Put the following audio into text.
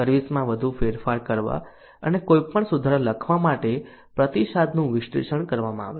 service માં વધુ ફેરફાર કરવા અને કોઈપણ સુધારા લખવા માટે પ્રતિસાદનું વિશ્લેષણ કરવામાં આવે છે